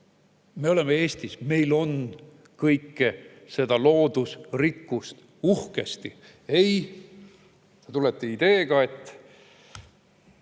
Me oleme Eestis, meil on kogu seda loodusrikkust uhkesti. Te tulete ideega, et